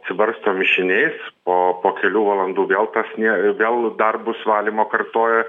subarstom mišiniais o po kelių valandų vėl tas nė vėl darbus valymo kartoja